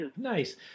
Nice